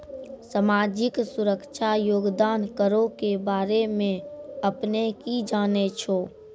समाजिक सुरक्षा योगदान करो के बारे मे अपने कि जानै छो?